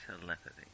Telepathy